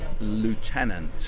lieutenant